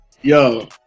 Yo